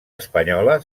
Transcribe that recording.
espanyola